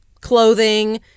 clothing